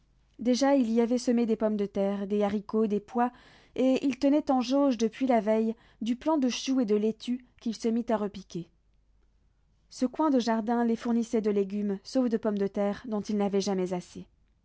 déjà il y avait semé des pommes de terre des haricots des pois et il tenait en jauge depuis la veille du plant de choux et de laitue qu'il se mit à repiquer ce coin de jardin les fournissait de légumes sauf de pommes de terre dont ils n'avaient jamais assez